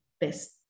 best